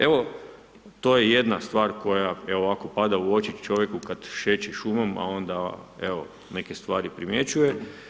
Evo, to je jedna stvar koja evo ovako pada u oči čovjeku kada šeće šumom, a onda evo neke stvari primjećuje.